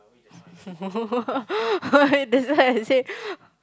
why that's why I said